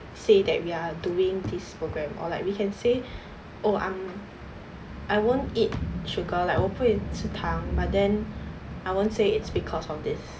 say that we are doing this program or like we can say oh I'm I won't eat sugar like 我不会吃糖 but then I won't say it's because of this